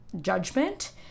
judgment